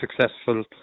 successful